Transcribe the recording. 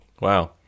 wow